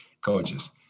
coaches